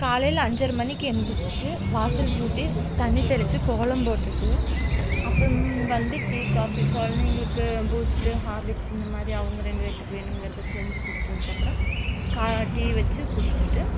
காலையில் அஞ்சரை மணிக்கு எழுந்திரிச்சி வாசல் கூட்டி தண்ணி தெளித்து கோலம் போட்டுட்டு அப்பறம் வந்து டீ காபி குழந்தைங்களுக்கு பூஸ்ட்டு ஹார்லிக்ஸ் இந்தமாதிரி அவங்க ரெண்டு பேத்துக்கு வேணுங்கிறத செஞ்சு கொடுத்ததுக்கப்பறோம் காலை டீ வச்சு குடித்துட்டு